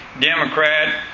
Democrat